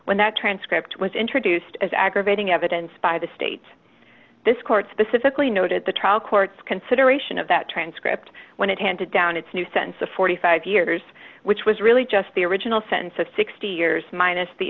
when that transcript was introduced as aggravating evidence by the state this court specifically noted the trial court's consideration of that transcript when it handed down its new sense of forty five years which was really just the original sentence of sixty years minus the